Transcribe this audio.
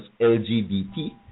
LGBT